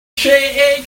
shake